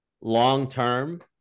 long-term